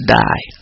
die